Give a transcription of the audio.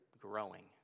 growing